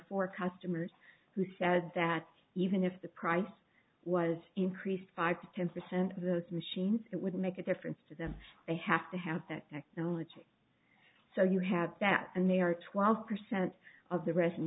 four customers who said that even if the price was increased five to ten percent of those machines it would make a difference to them they have to have that technology so you had that and they are twelve percent